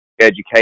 education